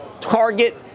Target